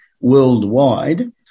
worldwide